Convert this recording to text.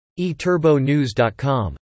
ETurboNews.com